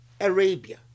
Arabia